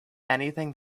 anything